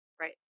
Right